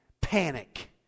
Panic